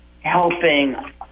helping